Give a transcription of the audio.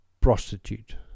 prostitute